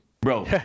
Bro